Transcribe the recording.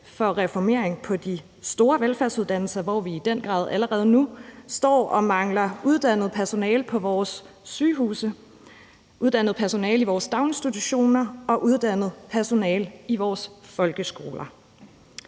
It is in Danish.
for reformering på de store velfærdsuddannelser, hvor vi allerede nu i den grad står og mangler uddannet personale på vores sygehuse, uddannet personale i vores daginstitutioner og uddannet personale i vores folkeskoler.